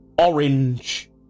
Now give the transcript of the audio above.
orange